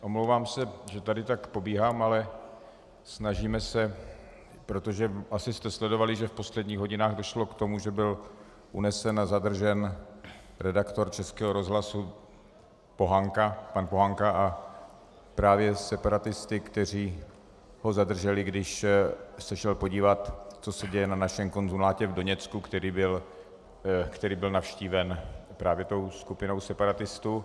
Omlouvám se, že tady tak pobíhám, ale snažíme se, protože asi jste sledovali, že v posledních hodinách došlo k tomu, že byl unesen a zadržen redaktor Českého rozhlasu pan Pohanka právě separatisty, kteří ho zadrželi, když se šel podívat, co se děje na našem konzulátu v Doněcku, který byl navštíven právě tou skupinou separatistů.